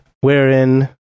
wherein